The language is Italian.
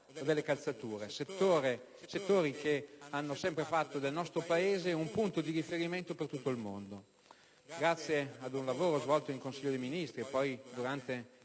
e calzature, settori che hanno sempre fatto del nostro Paese un punto di riferimento in tutto il mondo. Grazie ad un lavoro svolto in Consiglio dei ministri e poi, durante